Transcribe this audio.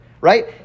right